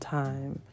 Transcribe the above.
time